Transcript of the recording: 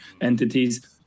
entities